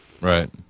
Right